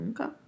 Okay